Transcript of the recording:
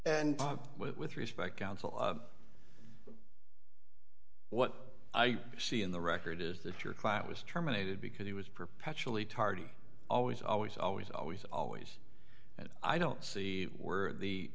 and with respect counsel of what i see in the record is that your client was terminated because he was perpetually tardy always always always always always i don't see where the